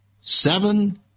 Seven